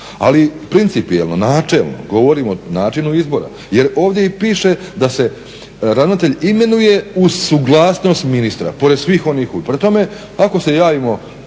Ali principijelno, načelno govorim o načinu izbora jer ovdje i piše da se ravnatelj imenuje uz suglasnost ministra pored svih onih.